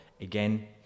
again